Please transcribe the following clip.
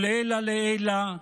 ולעילא ולעילא,